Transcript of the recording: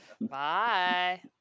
Bye